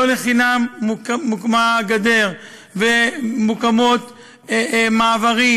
לא לחינם מוקמת הגדר ומוקמים מעברים,